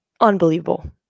unbelievable